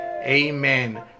Amen